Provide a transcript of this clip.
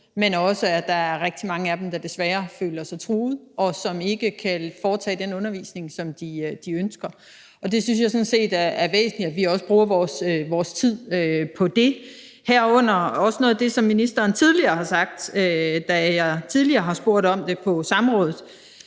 også er rigtig mange af dem, som føler sig truet, og som ikke kan foretage den undervisning, som de ønsker. Det synes jeg sådan set er væsentligt vi bruger vores tid på, herunder også noget af det, som ministeren tidligere har sagt, da jeg spurgte om det på samrådet,